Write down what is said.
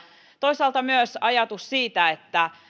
toisaalta myös ajatus siitä että